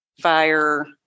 fire